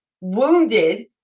Wounded